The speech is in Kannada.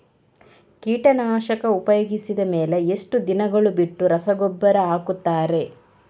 ಕೀಟನಾಶಕ ಉಪಯೋಗಿಸಿದ ಮೇಲೆ ಎಷ್ಟು ದಿನಗಳು ಬಿಟ್ಟು ರಸಗೊಬ್ಬರ ಹಾಕುತ್ತಾರೆ?